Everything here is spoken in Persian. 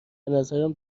نظرم